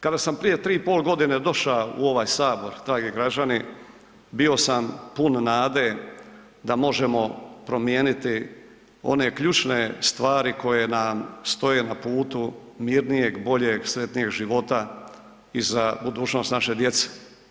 Kada sam prije 3,5 godine došao u ovaj sabor, dragi građani, bio sam pun nade da možemo promijeniti one ključne stvari koje nam stoje na putu mirnijeg, boljeg, sretnijeg života i za budućnost naše djece.